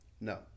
No